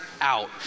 out